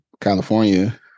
California